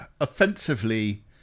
offensively